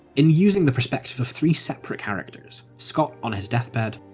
in using the perspective of three separate characters scott on his deathbed,